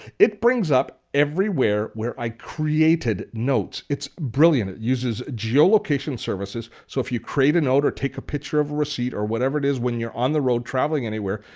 it brings up everywhere i created notes. it's brilliant. it uses geo-location services so if you create a note or take a picture of a receipt or whatever it is when you're on the road traveling anywhere,